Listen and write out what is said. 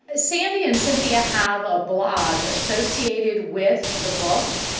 ah sandy and cynthia have a blog associated with the book.